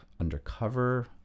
undercover